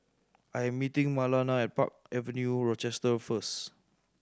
I am meeting Marlana at Park Avenue Rochester first